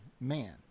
man